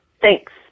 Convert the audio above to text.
Thanks